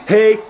Hey